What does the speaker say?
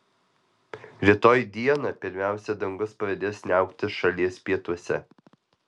rytoj dieną pirmiausia dangus pradės niauktis šalies pietuose